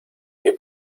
que